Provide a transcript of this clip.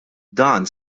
dan